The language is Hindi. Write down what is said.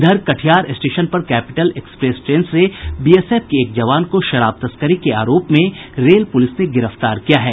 इधर कटिहार स्टेशन पर कैपिटल एक्सप्रेस ट्रेन से बीएसएफ के एक जवान को शराब तस्करी के आरोप में रेल पुलिस ने गिरफ्तार किया है